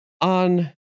on